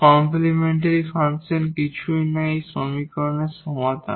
complementary function কিছুই নয় এই সমীকরণের সমাধান